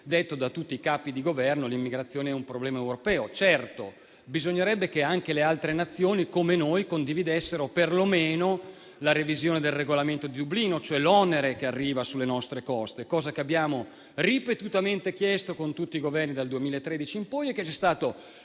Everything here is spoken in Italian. detto da tutti i Capi di Governo che l'immigrazione è un problema europeo. Certamente sarebbe necessario che anche le altre Nazioni, come la nostra, condividessero perlomeno la revisione del Regolamento di Dublino, cioè l'onere che arriva sulle nostre coste; cosa che abbiamo ripetutamente chiesto con tutti i Governi dal 2013 in poi e che ci è stata